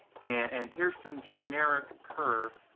and here's some generic curve.